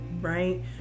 right